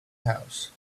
house